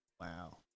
wow